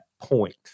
point